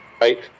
right